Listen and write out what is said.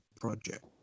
project